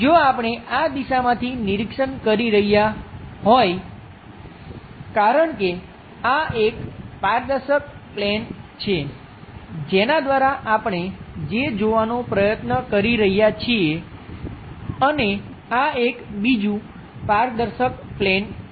જો આપણે આ દિશામાંથી નિરીક્ષણ કરી રહ્યાં હોઈ કારણ કે આ એક પારદર્શક પ્લેન છે જેના દ્વારા આપણે જે જોવાનો પ્રયત્ન કરી રહ્યા છીએ અને આ એક બીજું પારદર્શક પ્લેન છે